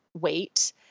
weight